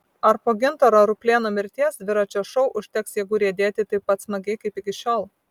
ar po gintaro ruplėno mirties dviračio šou užteks jėgų riedėti taip pat smagiai kaip iki šiol